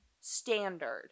standard